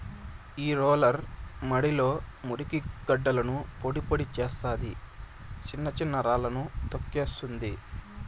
ఈ రోలర్ మడిలో మురికి గడ్డలను పొడి చేస్తాది, చిన్న చిన్న రాళ్ళను తోక్కేస్తుంది